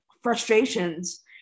frustrations